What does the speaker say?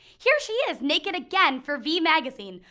here she is naked again, for v magazine,